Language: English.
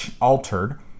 altered